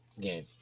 game